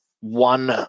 One –